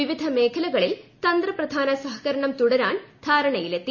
വിവിധ മേഖലകളിൽ തന്ത്രപ്രധാന സഹകരണം തുടരാൻ ധാരണയിലെത്തി